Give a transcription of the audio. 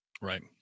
Right